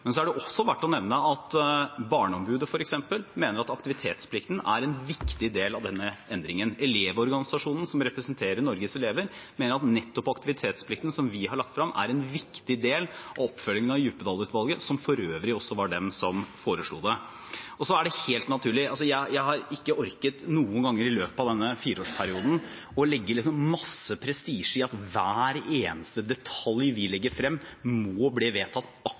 Men det er også verdt å nevne at f.eks. Barneombudet mener at aktivitetsplikten er en viktig del av denne endringen. Elevorganisasjonen, som representerer Norges elever, mener at nettopp aktivitetsplikten, som vi har lagt frem, er en viktig del av oppfølgingen av Djupedal-utvalget, som for øvrig også foreslo det. Jeg har ikke noen gang i løpet av denne fireårsperioden orket å legge masse prestisje i at hver eneste detalj vi legger frem, må bli vedtatt